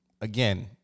again